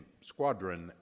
squadron